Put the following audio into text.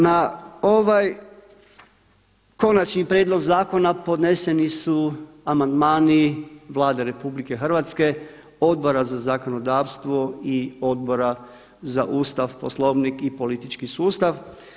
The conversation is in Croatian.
Na ovaj Konačni prijedlog zakona podneseni su amandmani Vlade RH, Odbora za zakonodavstvo i Odbora za Ustav, Poslovnik i politički sustav.